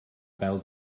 bêl